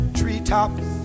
treetops